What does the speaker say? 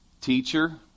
Teacher